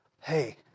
hey